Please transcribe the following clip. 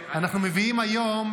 אני רוצה לנצל את הבמה ולפנות אליך.